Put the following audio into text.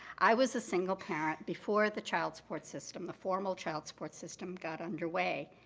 i was a single parent before the child support system, the formal child support system got underway.